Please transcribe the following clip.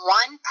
one